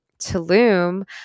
Tulum